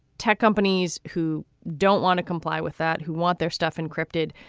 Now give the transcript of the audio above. tech companies who don't want to comply with that who want their stuff encrypted.